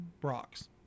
Brock's